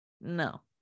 no